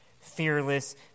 fearless